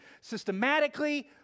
systematically